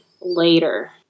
later